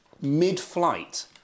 Mid-flight